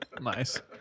Nice